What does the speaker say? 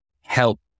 help